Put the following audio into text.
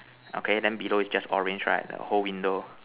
okay then below is just orange right the whole window